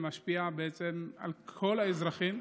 שמשפיע למעשה על כל האזרחים,